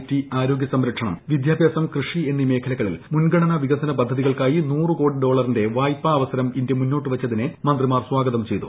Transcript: T ആരോഗൃസംരക്ഷണം വിദ്യാഭ്യാസം കൃഷി എന്നീ മേഖലകളിൽ മുൻഗണനാ വികസന പദ്ധതികൾക്കായി നൂറുകോടി ഡോളറിന്റെ വായ്പാ അവസരം ഇന്ത്യ മുന്നോട്ടുവച്ചതിനെ മന്ത്രിമാർ സ്വാഗതം ചെയ്തു